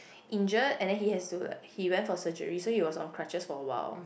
injured and then he has to like he went for surgery so he was on crutches for a while